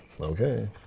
Okay